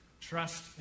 trust